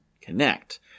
connect